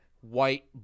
white